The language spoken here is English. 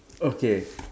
okay